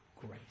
grace